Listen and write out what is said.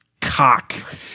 cock